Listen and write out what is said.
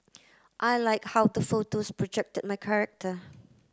I like how the photos projected my character